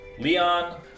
Leon